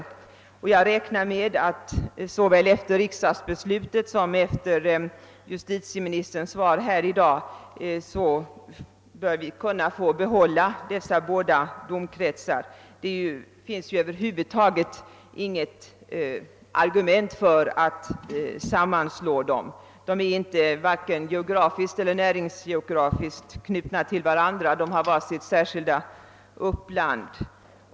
Såväl med hänsyn till fjolårets riksdagsbeslut som med hänsyn till justitieministerns svar i dag räknar jag med att vi kommer att få behålla dessa båda domkretsar. Det finns inget som helst motiv för att sammanslå dem. De är varken geografiskt eller näringsmässigt knutna till varandra och har var sitt särskilda uppland.